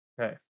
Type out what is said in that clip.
okay